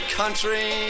country